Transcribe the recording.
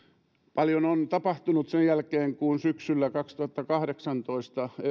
paljon on tapahtunut sen jälkeen kun syksyllä kaksituhattakahdeksantoista